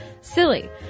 Silly